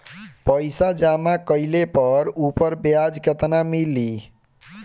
पइसा जमा कइले पर ऊपर ब्याज केतना मिली?